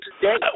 today